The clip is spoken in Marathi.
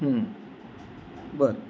बरं